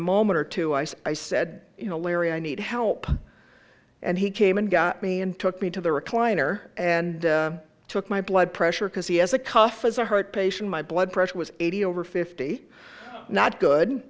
moment or two i said i said you know larry i need help and he came and got me and took me to the recliner and took my blood pressure because he has a cough as a heart patient my blood pressure was eighty over fifty not good